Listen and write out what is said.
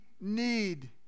need